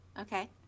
Okay